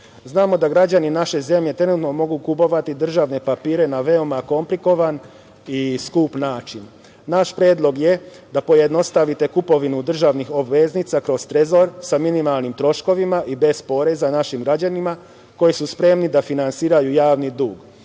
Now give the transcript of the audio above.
da građani naše zemlje trenutno mogu kupovati državne papire na veoma komplikovan i skup način. Naš predlog je da pojednostavite kupovinu državnih obveznica kroz Trezor sa minimalnim troškovima i bez poreza našim građanima, koji su spremni da finansiraju javni